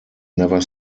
never